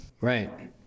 Right